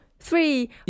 Three